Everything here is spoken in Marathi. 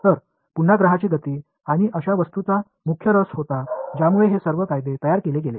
तर पुन्हा ग्रहांची गती आणि अशा वस्तूंचा मुख्य रस होता ज्यामुळे हे सर्व कायदे तयार केले गेले